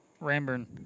Ramburn